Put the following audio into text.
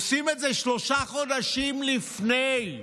עושים את זה שלושה חודשים לפני.